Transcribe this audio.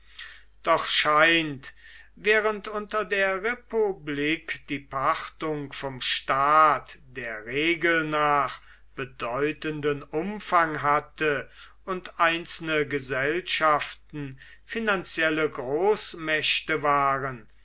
doch scheint während unter der republik die pachtung vom staat der regel nach bedeutenden umfang hatte und einzelne gesellschaften finanzielle großmächte waren